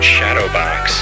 Shadowbox